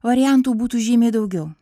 variantų būtų žymiai daugiau